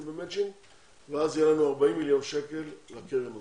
במצ'ינג ואז יהיה לנו 40 מיליון שקל בקרן הזאת.